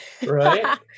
right